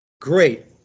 Great